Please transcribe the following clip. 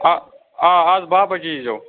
آ آ اَز باہ بَجے ییٖزیٚو